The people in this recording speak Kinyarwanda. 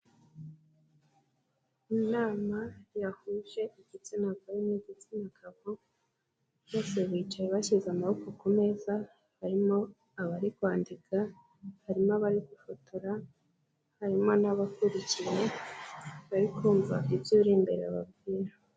Inama yahuje igitsina gore n'igitsina gabo, bose bicaye bashyize amaboko ku meza, harimo abari kwandika, harimo abari gufotora, harimo n'abakurikiye, bari kumva ibyo uri imbere ababwira.